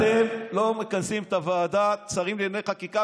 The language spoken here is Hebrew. אתם לא מכנסים את ועדת השרים לענייני חקיקה